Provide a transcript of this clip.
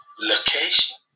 location